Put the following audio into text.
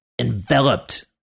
enveloped